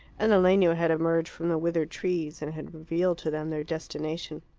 and the legno had emerged from the withered trees, and had revealed to them their destination.